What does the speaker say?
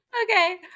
Okay